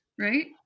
Right